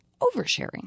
oversharing